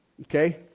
Okay